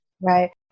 Right